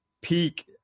peak